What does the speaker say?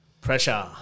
Pressure